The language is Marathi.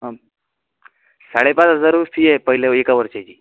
साडेपाच हजार रुपये फी आहे पहिल्या एका वर्षाची